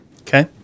Okay